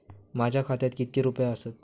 माझ्या खात्यात कितके रुपये आसत?